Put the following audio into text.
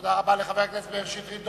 תודה רבה לחבר הכנסת מאיר שטרית.